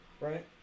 Right